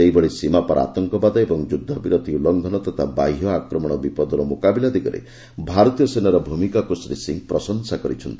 ସେହିଭଳି ସୀମାପାର ଆତଙ୍କବାଦ ଓ ଯୁଦ୍ଧ ବିରତି ଉଲ୍ଫୁଘନ ତଥା ବାହ୍ୟ ଆକ୍ରମଣ ବିବଦର ମୁକାବିଲା ଦିଗରେ ଭାରତୀୟ ସେନାର ଭୂମିକାକୁ ଶ୍ରୀ ସିଂ ପ୍ରଶଂସା କରିଛନ୍ତି